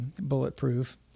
bulletproof